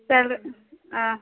சில ஆ